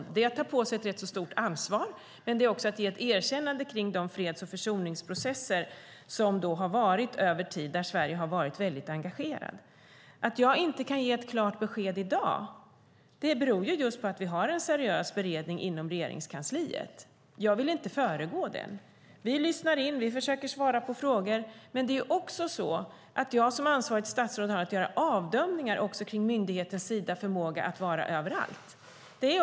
Det innebär att vi tar på oss ett rätt stort ansvar men också att vi ger ett erkännande till de freds och försoningsprocesser som har varit över tid och där Sverige har varit mycket engagerat. Att jag inte kan ge ett klart besked i dag beror på att vi har en seriös beredning inom Regeringskansliet. Jag vill inte föregå den. Vi lyssnar in, och vi försöker svara på frågor. Men jag som ansvarigt statsråd måste göra avdömningar i fråga om myndigheten Sidas förmåga att vara överallt.